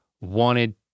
wanted